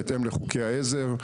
בהתאם לחוקי העזר,